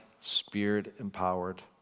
Spirit-empowered